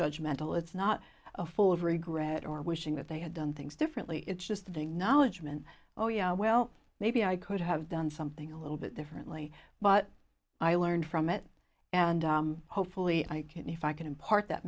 judge mental it's not a full of regret or wishing that they had done things differently it's just the knowledge meant oh yeah well maybe i could have done something a little bit differently but i learned from it and hopefully i can if i can impart that